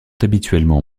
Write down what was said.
habituellement